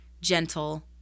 gentle